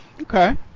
Okay